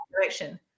direction